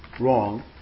wrong